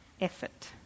effort